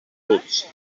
bruts